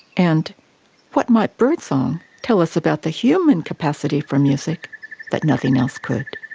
and what might birdsong tell us about the human capacity for music that nothing else could?